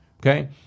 okay